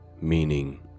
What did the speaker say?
Meaning